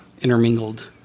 intermingled